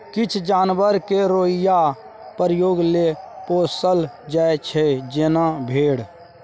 किछ जानबर केँ रोइयाँ प्रयोग लेल पोसल जाइ छै जेना भेड़